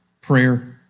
prayer